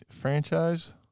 franchise